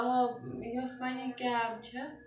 آ یۄس وَنہِ یہِ کیب چھےٚ